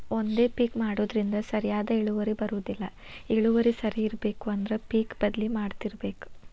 ಒಂದೇ ಪಿಕ್ ಮಾಡುದ್ರಿಂದ ಸರಿಯಾದ ಇಳುವರಿ ಬರುದಿಲ್ಲಾ ಇಳುವರಿ ಸರಿ ಇರ್ಬೇಕು ಅಂದ್ರ ಪಿಕ್ ಬದ್ಲಿ ಮಾಡತ್ತಿರ್ಬೇಕ